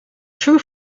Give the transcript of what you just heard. true